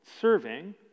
serving